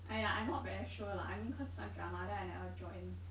!aiya! I not very sure lah I mean cause this [one] drama then I never join